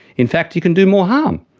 in fact you can do more harm.